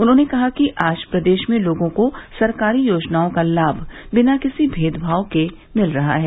उन्होंने कहा कि आज प्रदेश में लोगों को सरकारी योजनाओं का लाभ बिना किसी मेदभाव के मिल रहा है